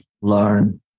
learn